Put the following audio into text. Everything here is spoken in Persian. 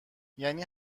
یعنی